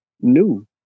new